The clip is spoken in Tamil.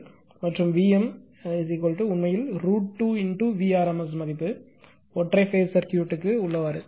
மற்றும் v m உண்மையில் √2 v rms மதிப்பு ஒற்றை பேஸ் சர்க்யூட்க்கு உள்ளவாறு